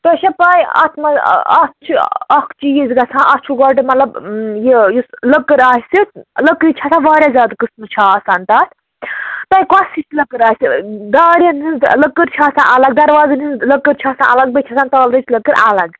تۄہہِ چھا پےَ اتھ منٛز اَتھ چھِ اَکھ چیٖز گژھان اَتھ چھُو گۄڈٕ مطلب یہِ یُس لٔکٕر آسہِ لٔکٕر چھِ آسان واریاہ زیادٕ قٔسمہٕ چھِ آسان تَتھ تۄہہِ کۅس ہِش لٔکٕر آسٮ۪و دارٮ۪ن ہٕنٛز لٔکٕر چھِ آسان الگ یا دروازَن ہٕنٛز لٔکٕر چھِ آسان الگ بیٚیہِ چھِ آسان تالوٕچ لٔکٕر الگ